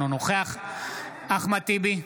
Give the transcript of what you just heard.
אינו נוכח אחמד טיבי,